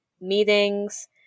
meetings